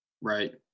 right